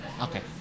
Okay